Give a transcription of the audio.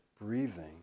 breathing